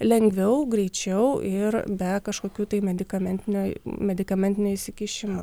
lengviau greičiau ir be kažkokių tai medikamentinio medikamentinio įsikišimo